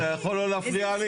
ווליד, אתה יכול לא להפריע לי?